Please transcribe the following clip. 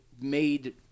made